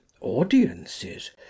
audiences